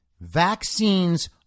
Vaccines